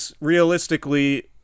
realistically